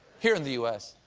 here in the u s,